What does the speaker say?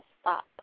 stop